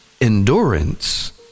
endurance